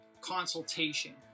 consultation